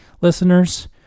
Listeners